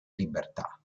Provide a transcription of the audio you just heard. libertà